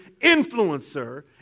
influencer